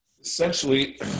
Essentially